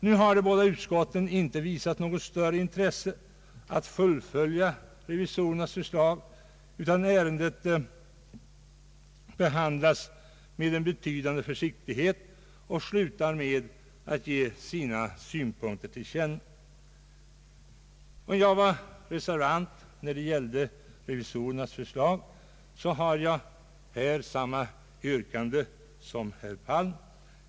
Nu har de båda utskotten inte visat något större intresse att fullfölja revisorernas förslag, utan ärendet behandlas med en betydande försiktighet, och man slutar med att ge sina synpunkter till känna. Fastän jag var reservant när det gällde revisorernas förslag, har jag här samma yrkande som herr Palm.